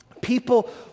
people